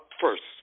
first